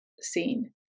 seen